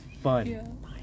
fun